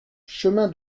chemin